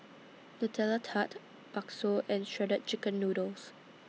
Nutella Tart Bakso and Shredded Chicken Noodles